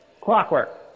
clockwork